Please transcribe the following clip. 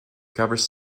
covers